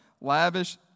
lavish